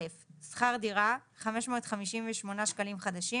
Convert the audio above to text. שכר דירה - 558 שקלים חדשים,